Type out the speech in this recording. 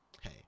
hey